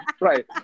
right